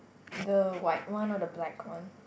the white one or the black one